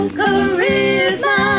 charisma